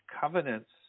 covenants